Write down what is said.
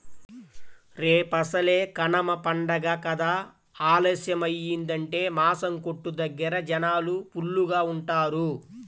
రేపసలే కనమ పండగ కదా ఆలస్యమయ్యిందంటే మాసం కొట్టు దగ్గర జనాలు ఫుల్లుగా ఉంటారు